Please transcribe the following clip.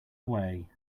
away